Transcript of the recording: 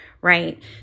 right